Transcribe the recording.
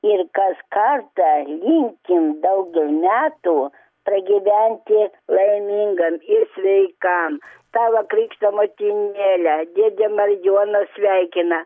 ir kaskartą linkim daugel metų pragyventi laimingam ir sveikam tava krikštą motinėle dėdė marijonas sveikina